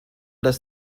das